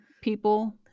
people